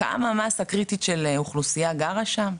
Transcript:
כמה מסה קריטית של אוכלוסייה גרה שם?"